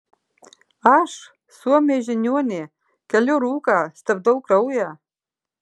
aš suomė žiniuonė keliu rūką stabdau kraują